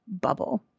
bubble